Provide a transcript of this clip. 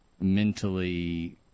mentally